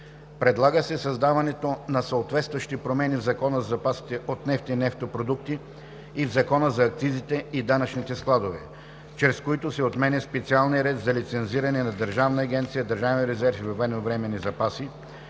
Предлага се създаването на съответстващи промени в Закона за запасите от нефт и нефтопродукти и в Закона за акцизите и данъчните складове, чрез които се отменя специалният ред за лицензиране на Държавна агенция „Държавен